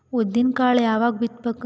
ಉದ್ದಿನಕಾಳು ಯಾವಾಗ ಬಿತ್ತು ಬೇಕು?